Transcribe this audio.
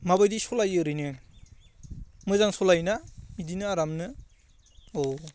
माबायदि सलायो ओरैनो मोजां सलायोना बिदिनो आरामनो औ